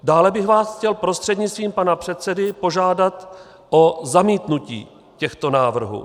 Dále bych vás chtěl prostřednictvím pana předsedy požádat o zamítnutí těchto návrhů.